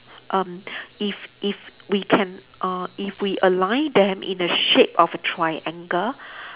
um if if we can uh if we align them in the shape of a triangle